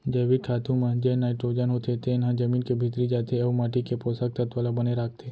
जैविक खातू म जेन नाइटरोजन होथे तेन ह जमीन के भीतरी जाथे अउ माटी के पोसक तत्व ल बने राखथे